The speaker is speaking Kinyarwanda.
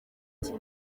ati